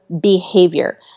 behavior